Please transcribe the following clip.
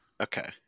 okay